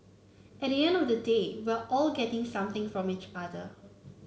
at the end of the day we're all getting something from each other